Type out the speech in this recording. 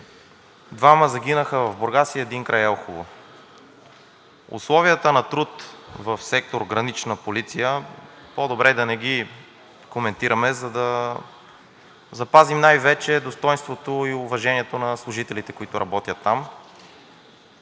Двама загинаха в Бургас и един край Елхово. Условията на труд в сектор „Гранична полиция“ по-добре да не ги коментираме, за да запазим най-вече достойнството и уважението на служителите, които работят там.